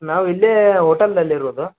ನಾವು ಇಲ್ಲೇ ಹೋಟಲ್ದಲ್ಲಿ ಇರೋದು